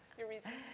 your reasons.